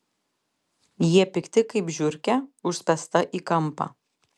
jie pikti kaip žiurkė užspęsta į kampą